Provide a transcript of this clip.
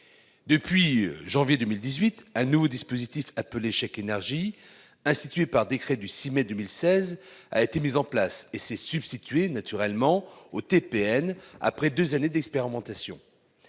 Depuis janvier 2018, un nouveau dispositif appelé chèque énergie, institué par décret du 6 mai 2016, a été mis en place et s'est substitué au TPN après deux années d'expérimentation.